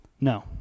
No